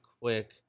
quick